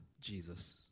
Jesus